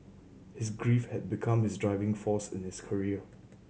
his grief had become his driving force in his career